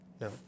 no